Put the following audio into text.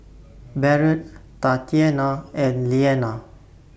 Barrett Tatianna and Leana